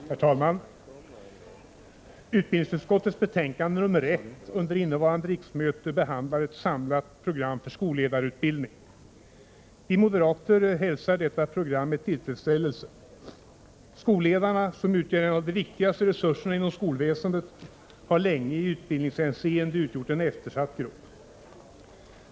Herr talman! Utbildningsutskottets betänkande nr 1 under innevarande riksmöte behandlar ett samlat program för skolledarutbildning. Vi moderater hälsar detta program med tillfredsställelse. Skolledarna, som utgör en av de viktigaste resurserna inom skolväsendet, har länge i utbildningshänseende utgjort en eftersatt grupp.